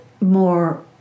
more